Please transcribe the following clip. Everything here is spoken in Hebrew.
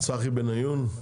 צחי בן עיון.